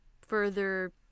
further